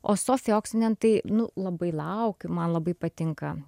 o sofija oksinen tai nu labai laukiu man labai patinka